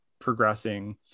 progressing